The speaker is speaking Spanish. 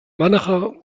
mánager